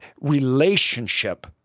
relationship